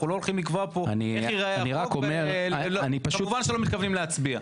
אנחנו לא הולכים לקבוע איך יראה החוק וכמובן שלא מתכוונים להצביע.